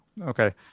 okay